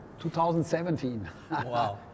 2017